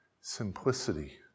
simplicity